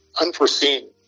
unforeseen